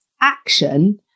action